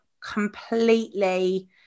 completely